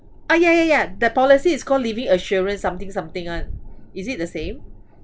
ah ya ya ya the policy is called living assurance something something [one] is it the same